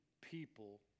people